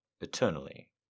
eternally